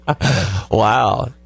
Wow